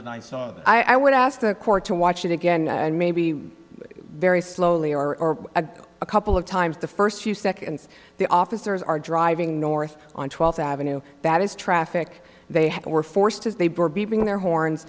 was i would ask the court to watch it again and maybe very slowly or a couple of times the first few seconds the officers are driving north on twelfth avenue that is traffic they were forced as they were beeping their horns